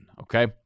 Okay